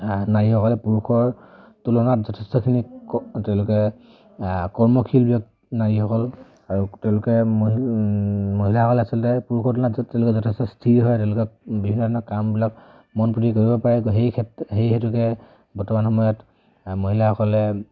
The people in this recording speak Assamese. নাৰীসকলে পুৰুষৰ তুলনাত যথেষ্টখিনি তেওঁলোকে কৰ্মশীল ব্যক্তি নাৰীসকল আৰু তেওঁলোকে মহিলাসকলে আচলতে পুৰুষৰ তুলনাত তেওঁলোকে যথেষ্ট স্থিৰ হয় তেওঁলোকে বিভিন্ন ধৰণৰ কামবিলাক মনপুতি কৰিব পাৰে সেই ক্ষেত্ৰ সেই হেতুকে বৰ্তমান সময়ত মহিলাসকলে